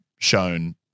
shown